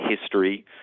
history